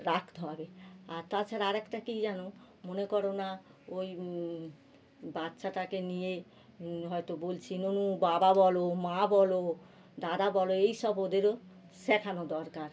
রাখতে হবে আর তাছাড়া আরেকটা কী জানো মনে করো না ওই বাচ্চাটাকে নিয়ে হয়তো বলছি মনু বাবা বলো মা বলো দাদা বলো এই সব ওদেরও শেখানো দরকার